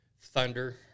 thunder